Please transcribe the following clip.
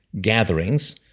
gatherings